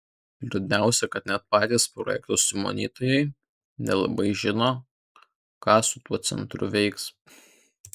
liūdniausia kad net patys projekto sumanytojai nelabai žino ką su tuo centru veiks